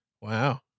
Wow